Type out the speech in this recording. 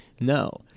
no